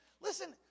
Listen